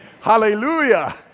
Hallelujah